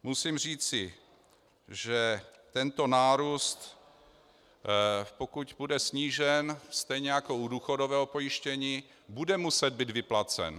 Musím říci, že tento nárůst, pokud bude snížen, stejně jako u důchodového pojištění bude muset být vyplacen.